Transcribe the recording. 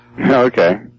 Okay